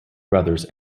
brothers